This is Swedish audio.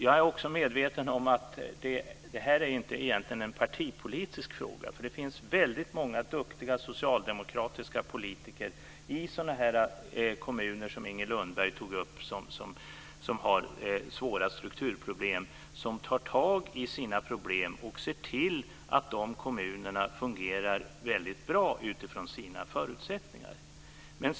Jag är också medveten om att det här egentligen inte är en partipolitisk fråga. Det finns väldigt många duktiga socialdemokratiska politiker i sådana kommuner som Inger Lundberg tog upp, som har svåra strukturproblem, som tar tag i sina problem och ser till att de kommunerna fungerar väldigt bra utifrån sina förutsättningar.